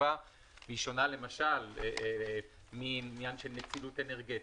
חשובה והיא שונה למשל מעניין של נצילות אנרגטית.